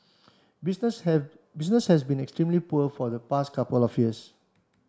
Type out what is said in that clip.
business have business has been extremely poor for the past couple of years